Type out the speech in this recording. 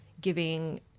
giving